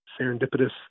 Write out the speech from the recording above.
serendipitous